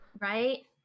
right